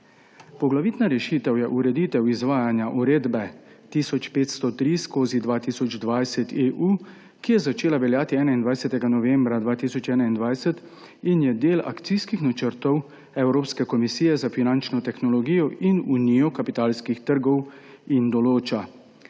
Poglavitna rešitev je ureditev izvajanja uredbe 1503/2020/EU, ki je začela veljati 21. novembra 2021 in je del akcijskih načrtov Evropske komisije za finančno tehnologijo in unijo kapitalskih trgov in določa